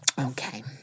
Okay